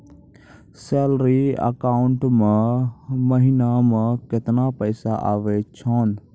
Salary account मे महिना मे केतना पैसा आवै छौन?